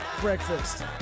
breakfast